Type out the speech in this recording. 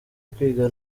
kwiga